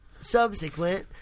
subsequent